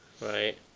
Right